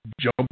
jump